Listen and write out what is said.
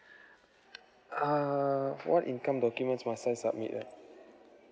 err what income document must I submit ah